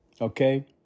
okay